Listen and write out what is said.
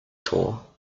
tour